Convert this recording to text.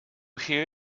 hear